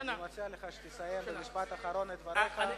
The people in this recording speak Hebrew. אני מציע לך שתסיים במשפט אחרון את דבריך,